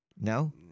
No